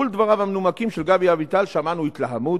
מול דבריו המנומקים של גבי אביטל שמענו התלהמות,